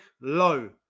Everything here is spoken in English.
low